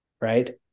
right